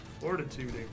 Fortitude